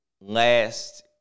last